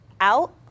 out